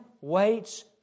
waits